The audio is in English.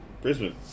Brisbane